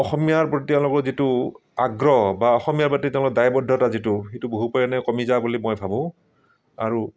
অসমীয়াৰ প্ৰতি তেওঁলোকৰ যিটো আগ্ৰহ বা অসমীয়াৰ প্ৰতি তেওঁলোকৰ দায়বদ্ধতা যিটো সেইটো বহু পৰিমাণে কমি যায় বুলি মই ভাবো আৰু